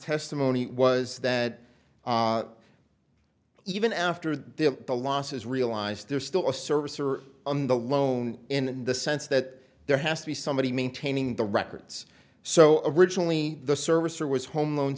testimony was that even after the losses realized there's still a service are on the loan in the sense that there has to be somebody maintaining the records so originally the servicer was home loan